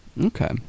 okay